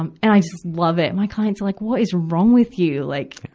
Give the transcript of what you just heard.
um and i just love it. my clients are like, what is wrong with you! like,